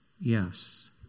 Yes